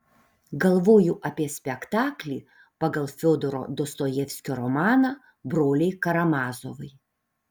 galvoju apie spektaklį pagal fiodoro dostojevskio romaną broliai karamazovai